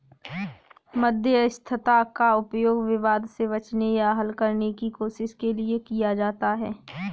मध्यस्थता का उपयोग विवाद से बचने या हल करने की कोशिश के लिए किया जाता हैं